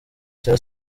cya